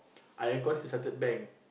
I call this to Chartered Bank